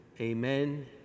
Amen